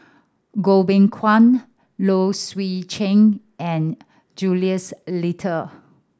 Goh Beng Kwan Low Swee Chen and Jules Itier